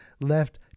left